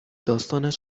داستانش